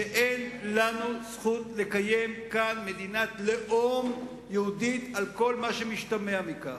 שאין לנו זכות לקיים כאן מדינת לאום יהודית על כל מה שמשתמע מכך,